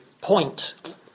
point